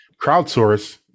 crowdsource